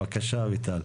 בבקשה אביטל.